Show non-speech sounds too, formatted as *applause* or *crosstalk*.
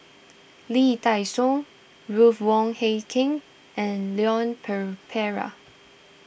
Lee Dai Soh Ruth Wong Hie King and Leon *unintelligible*